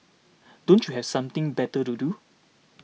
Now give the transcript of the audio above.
don't you have something better to do